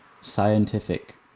scientific